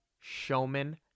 showman